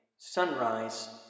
Sunrise